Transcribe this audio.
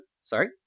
sorry